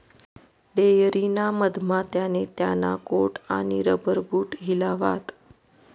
dairy ना मधमा त्याने त्याना कोट आणि रबर बूट हिलावात